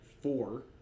four